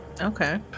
Okay